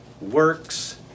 works